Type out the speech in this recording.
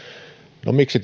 no miksi